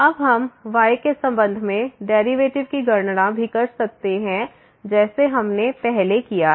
अब हम y के संबंध में डेरिवेटिव की गणना भी कर सकते हैं जैसे हमने पहले किया है